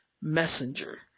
Messenger